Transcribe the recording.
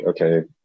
okay